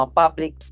public